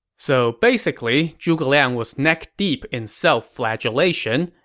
so basically, zhuge liang was neck-deep in self-flagellation,